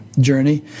journey